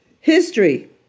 History